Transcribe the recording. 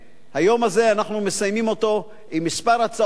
היום הזה, אנחנו מסיימים אותו עם כמה הצעות חוק.